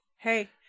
Hey